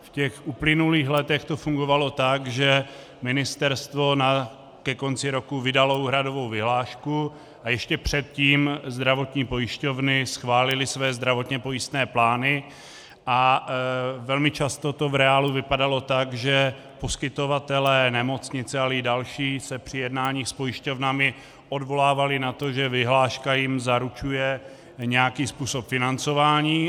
V uplynulých letech to fungovalo tak, že ministerstvo ke konci roku vydalo úhradovou vyhlášku a ještě předtím zdravotní pojišťovny schválily svoje zdravotně pojistné plány a velmi často to v reálu vypadalo tak, že poskytovatelé, nemocnice, ale i další se při jednáních s pojišťovnami odvolávaly na to, že vyhláška jim zaručuje nějaký způsob financování.